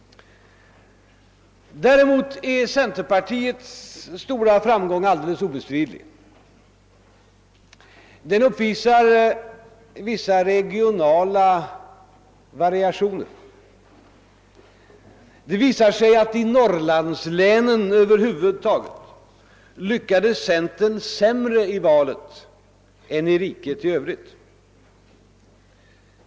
Däremot är centerpartiets stora framgång alldeles obestridlig. Den uppvisar emellertid vissa regionala variationer. Det visar sig sålunda att centern i Norrlandslänen lyckades sämre i valet än i riket i övrigt.